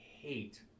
hate